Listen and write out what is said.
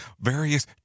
various